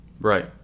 Right